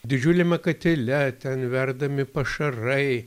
didžiuliame katile ten verdami pašarai